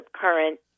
current